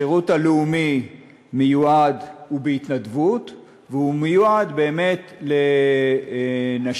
השירות הלאומי הוא בהתנדבות והוא מיועד באמת לנשים,